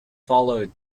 followed